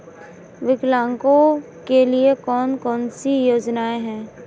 विकलांगों के लिए कौन कौनसी योजना है?